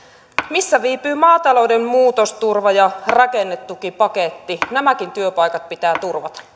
missä viipyy maatalouden muutosturva ja rakennetukipaketti nämäkin työpaikat pitää turvata